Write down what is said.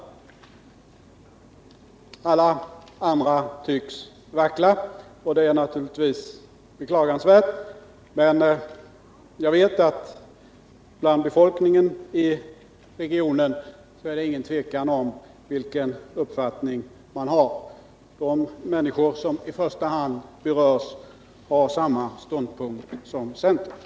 Alla andra tycks vackla, och det är naturligtvis beklagansvärt. Men jag vet att det inte råder något tvivel om vilken uppfattning människorna i regionen har. De som i första hand berörs har samma ståndpunkt som centern.